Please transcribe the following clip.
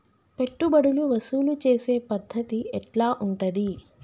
పెట్టుబడులు వసూలు చేసే పద్ధతి ఎట్లా ఉంటది?